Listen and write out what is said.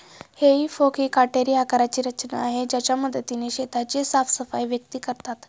हेई फोक ही काटेरी आकाराची रचना आहे ज्याच्या मदतीने शेताची साफसफाई व्यक्ती करतात